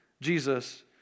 Jesus